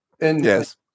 Yes